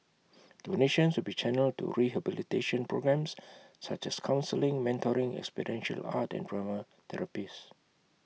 donations will be channelled to rehabilitation programmes such as counselling mentoring ex potential art and drama therapies